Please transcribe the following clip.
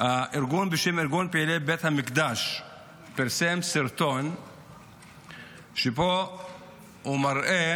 ארגון בשם פעילי בית המקדש פרסם סרטון שבו הוא מראה